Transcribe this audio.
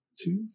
Two